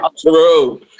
True